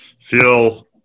feel